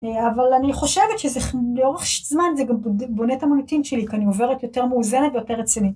אבל אני חושבת שזה לאורך זמן זה גם בונה את המוניטינט שלי כי אני עוברת יותר מאוזנת ויותר רצינית.